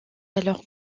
alors